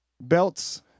Belts